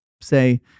say